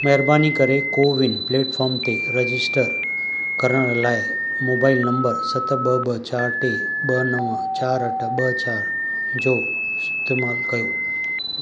महिरबानी करे CoWIN platform ते रजिस्टर करण लाइ मोबाइल नंबर सत ॿ ॿ चार टे ॿ नव चार अठ ॿ चार जो इस्तेमालु कयो